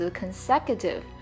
consecutive